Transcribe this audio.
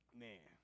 man